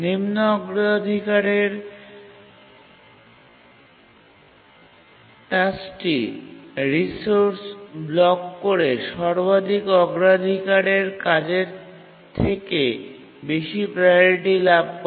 নিম্ন অগ্রাধিকার টাস্কটি রিসোর্স ব্লক করে সর্বাধিক অগ্রাধিকারের কাজের থেকে বেশি প্রাওরিটি লাভ করে